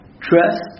Trust